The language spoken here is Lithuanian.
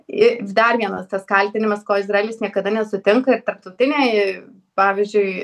i dar vienas tas kaltinimas ko izraelis niekada nesutinka ir tarptautinėj pavyzdžiui